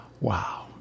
Wow